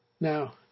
Now